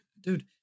Dude